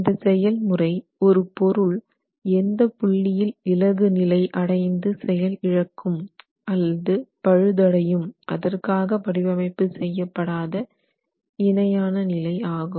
இந்த செயல்முறை ஒரு பொருள் எந்த புள்ளியில் இளகுநிலை அடைந்து செயலிழக்கும் அல்லது பழுதடையும் அதற்காக வடிவமைப்பு செய்யப்படாத இணையான நிலை ஆகும்